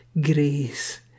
grace